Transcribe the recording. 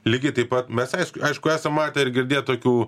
lygiai taip pat mes aišku aišku esam matę ir girdėję tokių